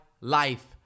life